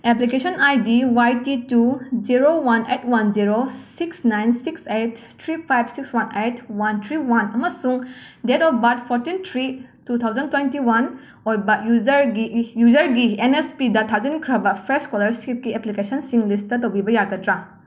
application ID Y T two zero one eight one zero six nine six eight three five six one eight one three one ꯑꯃꯁꯨꯡ date of birth fourteen three two thousand twenty one ꯑꯣꯏꯕ ꯌꯨꯖꯔꯒꯤ ꯏ ꯌꯨꯖꯔꯒꯤ N S ꯄꯤꯗ ꯊꯥꯖꯤꯟꯈ꯭ꯔꯕ fresh ꯁ꯭ꯀꯣꯂꯔꯁꯤꯞꯀꯤ ꯑꯦꯄ꯭ꯂꯤꯀꯦꯁꯟꯁꯤꯡ list ꯇꯧꯕꯤꯕ ꯌꯥꯒꯗ꯭ꯔꯥ